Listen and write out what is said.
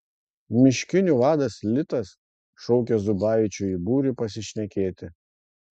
miškinių vadas litas šaukia zubavičių į būrį pasišnekėti